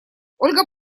ольга